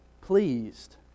pleased